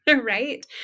right